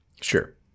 sure